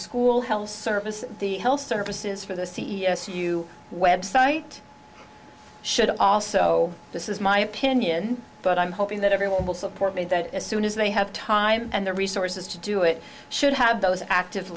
school health service the health services for the c e o s you website should also this is my opinion but i'm hoping that everyone will support me that as soon as they have time and the resources to do it should have those active